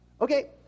Okay